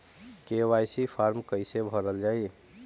KYC form कइसे भरल जाइ?